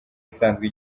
isanzwe